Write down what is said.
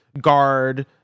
guard